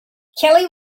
kelly